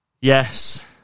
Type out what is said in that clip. Yes